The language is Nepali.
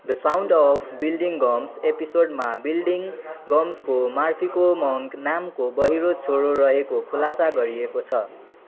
the sound of bleeding gums एपिसोडमा ब्लिडिङ गम्सको मर्फीको मङ्क नामको बहिरो छोरो रहेको खुलासा गरिएको छ